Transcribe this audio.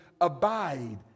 abide